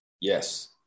Yes